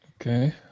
Okay